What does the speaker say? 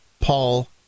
Paul